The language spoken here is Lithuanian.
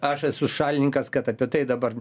aš esu šalininkas kad apie tai dabar